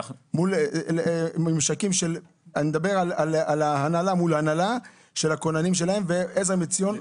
אני מדבר על הנהלה מול הנהלה של הכוננים שלהם ועזר מציון?